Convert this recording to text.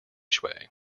shui